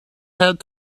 head